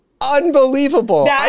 unbelievable